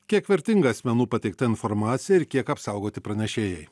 kiek vertinga asmenų pateikta informacija ir kiek apsaugoti pranešėjai